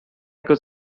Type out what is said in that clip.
could